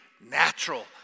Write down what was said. natural